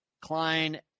Klein